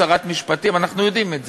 על שרי משפטים וחינוך.